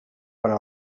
farà